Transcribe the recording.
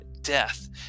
Death